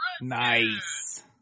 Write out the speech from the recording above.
Nice